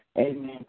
amen